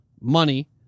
money